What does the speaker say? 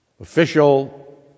official